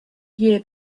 year